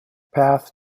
path